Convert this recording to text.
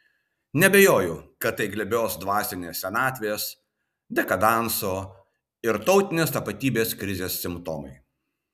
neabejoju kad tai glebios dvasinės senatvės dekadanso ir tautinės tapatybės krizės simptomai